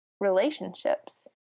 relationships